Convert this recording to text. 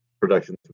production